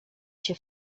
się